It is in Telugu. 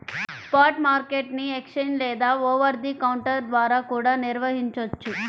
స్పాట్ మార్కెట్ ని ఎక్స్ఛేంజ్ లేదా ఓవర్ ది కౌంటర్ ద్వారా కూడా నిర్వహించొచ్చు